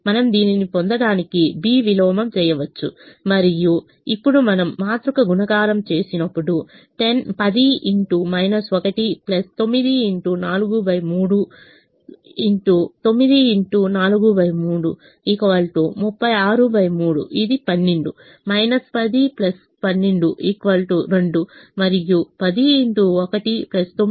మనము దీనిని పొందడానికి B విలోమం చేయవచ్చు మరియు ఇప్పుడు మనము మాతృక గుణకారం చేసినప్పుడు 9 x 43 9 x 43 363 ఇది 12 10 12 2 మరియు 1